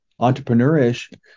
entrepreneurish